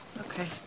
Okay